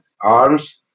arms